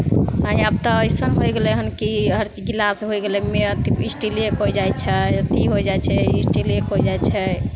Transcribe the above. आब तऽ अइसन होय गेलै हन कि हर गिलास होय गेलै स्टीलेके होय जाइ छै अथी होय जाइ छै स्टीलेके होय जाइ छै